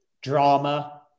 drama